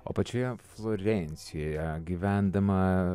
o pačioje florencijoje gyvendama